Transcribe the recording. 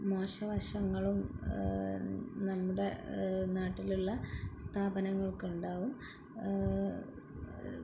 മോശവശങ്ങളും നമ്മുടെ നാട്ടിലുള്ള സ്ഥാപനങ്ങൾക്കുണ്ടാവും